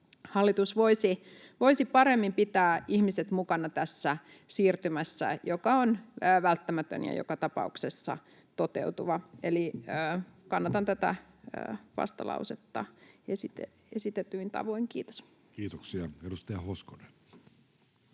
hallitus voisi paremmin pitää ihmiset mukana tässä siirtymässä, joka on välttämätön ja joka tapauksessa toteutuva, eli kannatan tätä vastalausetta esitetyin tavoin. — Kiitos. [Speech 199]